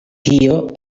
tio